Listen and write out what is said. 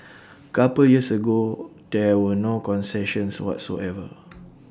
couple years ago there were no concessions whatsoever